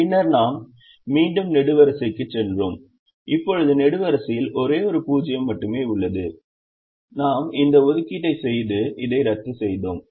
பின்னர் நாம் மீண்டும் நெடுவரிசைக்குச் சென்றோம் இப்போது நெடுவரிசையில் ஒரே ஒரு 0 மட்டுமே உள்ளது நாம் இந்த ஒதுக்கீட்டை செய்து இதை ரத்து செய்தோம்